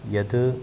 यत्